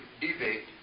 debate